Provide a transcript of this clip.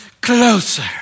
Closer